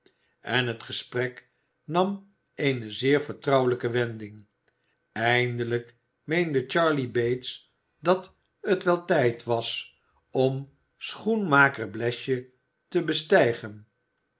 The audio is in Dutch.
en het gesprek nam eene zeer vertrouwelijke wending eindelijk meende charley bates dat het wel tijd was om schoenmakers biesje te bestijgen